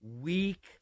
Weak